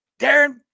Darren